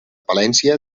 palència